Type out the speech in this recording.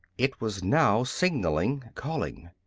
it was now signalling calling.